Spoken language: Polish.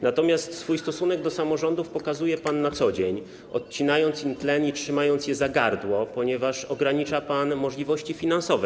Natomiast swój stosunek do samorządów pokazuje pan na co dzień, odcinając im tlen i trzymając je za gardło, ponieważ ogranicza pan ich możliwości finansowe.